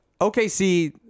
OKC